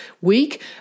week